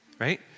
right